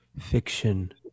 Fiction